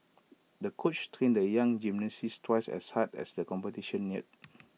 the coach trained the young gymnast twice as hard as the competition neared